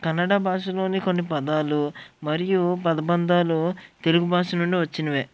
కన్నడ భాషలోని కొన్ని పదాలు మరియు పదబంధాలు తెలుగు భాష నుండి వచ్చినవే